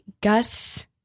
Gus